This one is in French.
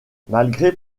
malgré